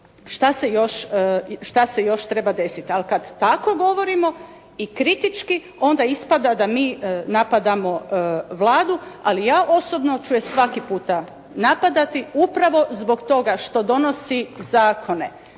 šta se još treba desiti. Ali kada tako govorimo i kritički, onda ispada da mi napadamo Vladu, ali ja osobno ću je svaki puta napadati, upravo zbog toga što donosi zakone,